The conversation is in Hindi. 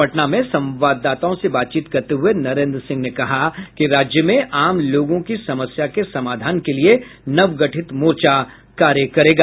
पटना में संवाददाताओं से बातचीत करते हुए नरेन्द्र सिंह ने कहा कि राज्य में आम लोगों की समस्या के समाधान के लिए नवगठित मोर्चा कार्य करेगा